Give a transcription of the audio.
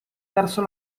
verso